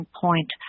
point